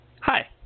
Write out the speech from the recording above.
Hi